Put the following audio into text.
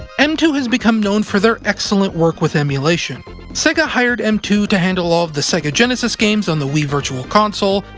m two has become known for their excellent work with emulation. sega hired m two to handle all of the sega genesis games on the wii virtual console,